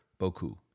Boku